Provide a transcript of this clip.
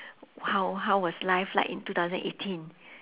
how how was life like in two thousand eighteen